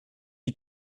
you